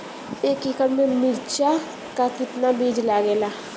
एक एकड़ में मिर्चा का कितना बीज लागेला?